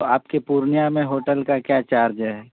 تو آپ کے پورنیہ میں ہوٹل کا کیا چارج ہے